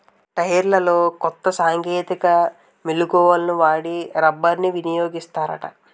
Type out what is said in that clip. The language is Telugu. టైర్లలో కొత్త సాంకేతిక మెలకువలను వాడి రబ్బర్ని వినియోగిస్తారట